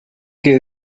que